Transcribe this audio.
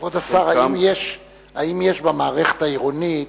כבוד השר, האם יש במערכת העירונית